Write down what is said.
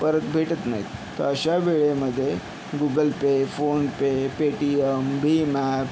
परत भेटत नाहीत तर अशा वेळेमध्ये Google Pay PhonePe Paytm भीम ॲप